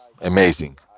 amazing